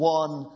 one